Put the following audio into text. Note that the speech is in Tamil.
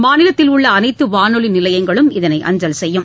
மாநிலத்தில் உள்ள அனைத்து வானொலி நிலையங்களும் இதனை அஞ்சல் செய்யும்